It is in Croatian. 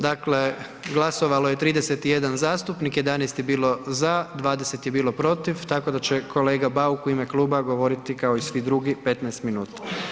Dakle glasovalo je 31 zastupnika, 11 je bilo za, 20 je bilo protiv, tako da će kolega Bauk u ime kluba govoriti kao i svi drugi 15 minuta.